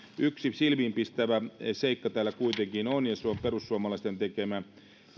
yksi silmiinpistävä seikka täällä kuitenkin on ja se on perussuomalaisten tekemä